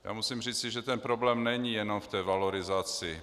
Já musím říci, že problém není jenom v té valorizaci.